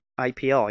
API